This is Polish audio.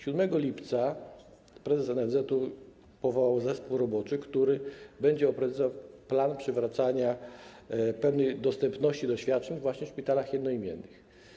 7 lipca prezes NFZ powołał zespół roboczy, który będzie opracowywał plan przywracania pełnej dostępności świadczeń właśnie w szpitalach jednoimiennych.